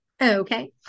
Okay